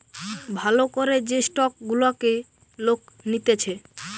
ভাল করে যে স্টক গুলাকে লোক নিতেছে